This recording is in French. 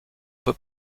peut